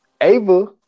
Ava